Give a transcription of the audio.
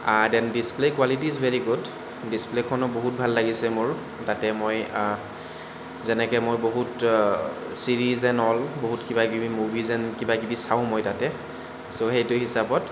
then display quality is very good display খনো বহুত ভাল লাগিছে মোৰ তাতে মই যেনেকে মই বহুত ছিৰিজ এন এণ্ড অল বহুত কিবা কিবি মুভিজ এণ্ড কিবা কিবি চাওঁ মই তাতে ছ' সেইটো হিচাপত